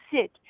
sit